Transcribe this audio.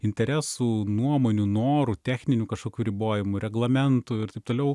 interesų nuomonių norų techninių kažkokių ribojimų reglamentų ir taip toliau